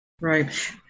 Right